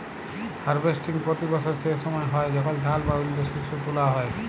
harvesting পতি বসর সে সময় হ্যয় যখল ধাল বা অল্য শস্য তুলা হ্যয়